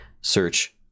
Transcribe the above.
search